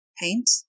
paint